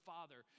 Father